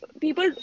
people